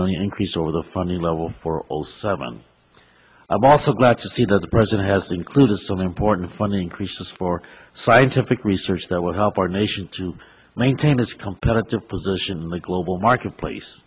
million increase over the funding level for all seven i'm also glad to see that the president has included some important funny increases for scientific research that will help our nation to maintain its competitive position in the global marketplace